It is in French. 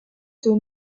tôt